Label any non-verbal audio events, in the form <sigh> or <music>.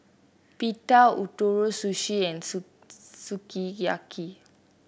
Pita Ootoro Sushi and <unintelligible> Sukiyaki